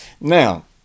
Now